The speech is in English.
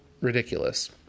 ridiculous